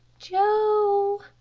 joe,